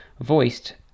voiced